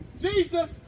Jesus